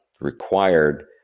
required